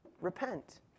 Repent